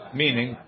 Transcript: meaning